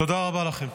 תודה רבה לכם.